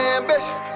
ambition